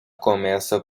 começa